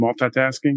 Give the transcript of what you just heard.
multitasking